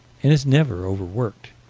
and is never overworked,